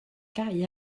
gau